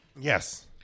Yes